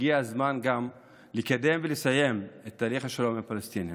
הגיע הזמן גם לקדם ולסיים את תהליך השלום עם הפלסטינים.